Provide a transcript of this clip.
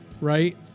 right